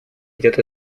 идет